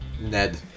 Ned